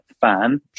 fan